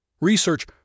Research